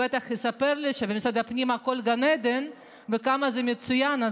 הוא בטח יספר לי שבמשרד הפנים הכול גן עדן וכמה זה מצוין.